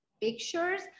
pictures